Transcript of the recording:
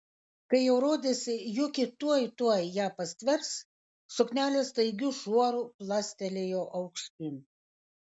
kai jau rodėsi juki tuoj tuoj ją pastvers suknelė staigiu šuoru plastelėjo aukštyn